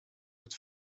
het